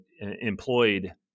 employed